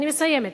אני מסיימת.